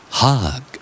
Hug